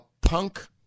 punk